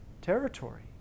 territory